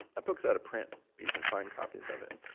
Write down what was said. and book's out of print, but you can find copies of it.